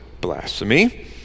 blasphemy